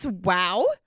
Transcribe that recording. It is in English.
Wow